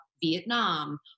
Vietnam